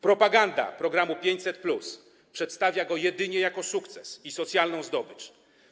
Propaganda programu 500+ przedstawia go jedynie jako sukces i socjalną zdobycz.